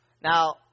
Now